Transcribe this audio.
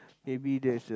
maybe there's a